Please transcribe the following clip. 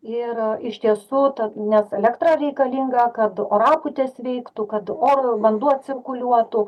ir iš tiesų nes elektra reikalinga kad orapūtės veiktų kad orui vanduo cirkuliuotų